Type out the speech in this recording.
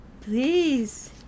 Please